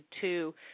two